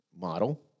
model